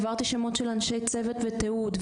העברתי שמות של אנשי צוות ותיעוד,